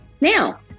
Now